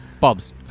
Bobs